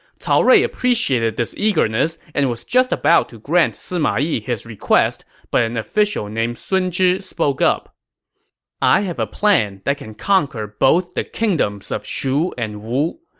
cao rui appreciated the eagerness and was just about to grant sima yi his request, but an official named sun zhi spoke up i have a plan that can conquer both the kingdoms of shu and wu.